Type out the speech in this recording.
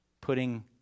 putting